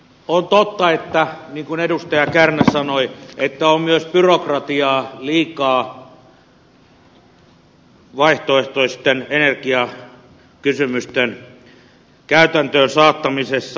on totta niin kuin edustaja kärnä sanoi että on myös byrokratiaa liikaa vaihtoehtoisten energiakysymysten käytäntöön saattamisessa